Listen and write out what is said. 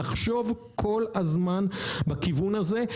לחשוב כל הזמן בכיוון הזה.